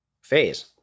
phase